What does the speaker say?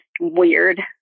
weird